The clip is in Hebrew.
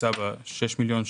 הוקצה בה שישה מיליון שקלים,